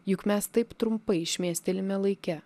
juk mes taip trumpai šmėstelime laike